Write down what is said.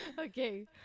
okay